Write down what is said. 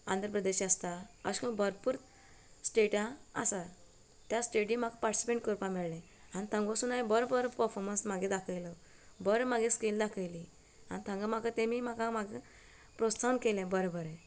आंध्र प्रदेश आसता अशें कन्न भरपूर स्टेटा आसा त्या स्टेटी म्हाका पार्टिसीपेट करपाक मेळ्ळें आनी थांग वचून हांव बरें बरें पर्फोमन्स म्हागे दाखयलो बरें म्हागे स्कील दाखयली थंगा म्हाका तेमी म्हाका म्हाका प्रोत्साहन केलें बरें बरें